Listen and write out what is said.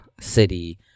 city